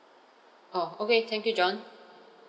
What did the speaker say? oh okay thank you john